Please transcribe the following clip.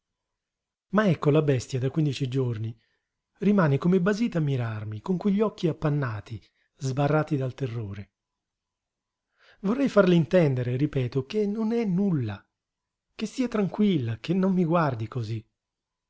ma ecco la bestia da quindici giorni rimane come basita a mirarmi con quegli occhi appannati sbarrati dal terrore vorrei farle intendere ripeto che non è nulla che stia tranquilla che non mi guardi cosí